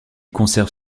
conserve